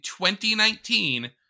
2019